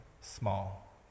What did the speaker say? small